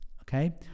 okay